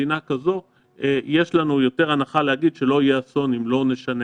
לגבי מדינה כזו יש לנו יותר הנחה להגיד שלא יהיה אסון אם לא נשנה